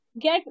get